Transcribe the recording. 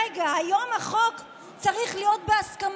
רגע, היום לפי החוק זה צריך להיות בהסכמה,